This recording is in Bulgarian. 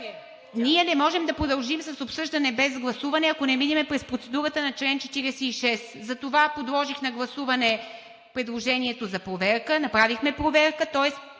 Ние не можем да продължим с обсъждане без гласуване, ако не минем през процедурата на чл. 46. Затова подложих на гласуване предложението за проверка, направихме проверка, тоест